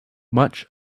much